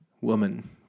Woman